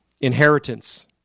inheritance